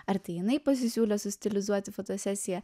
ar tai jinai pasisiūlė sustilizuoti fotosesiją